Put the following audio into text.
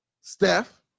Steph